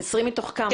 20 מתוך כמה?